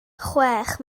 chwech